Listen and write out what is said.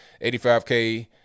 85K